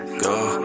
go